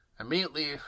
immediately